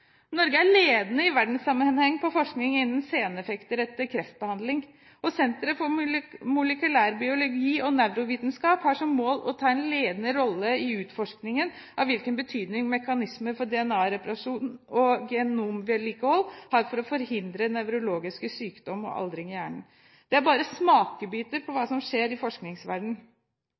Norge er ledende i verdenssammenheng på forskning innen seneffekter etter kreftbehandling, og Senter for molekylærbiologi og nevrovitenskap har som mål å ta en ledende rolle i utforskningen av hvilken betydning mekanismer for DNA-reparasjon og genomvedlikehold har for å forhindre nevrologisk sykdom og aldring i hjernen. Det er bare smakebiter på hva som skjer i